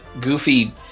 goofy